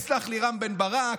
יסלח לי רם בן ברק,